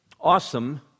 Awesome